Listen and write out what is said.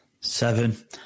Seven